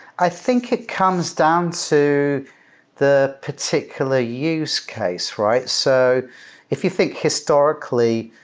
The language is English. i think it comes down to the particular use case, right? so if you think historically,